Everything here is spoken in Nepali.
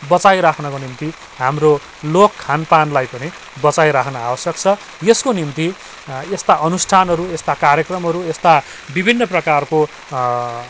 बचाइराख्नको निम्ति हाम्रो लोक खानपानलाई पनि बचाइराख्न आवश्यक छ यसको निम्ति यस्ता अनुष्ठानहरू यस्ता कार्यक्रमहरू यस्ता विभिन्न प्रकारको